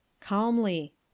Calmly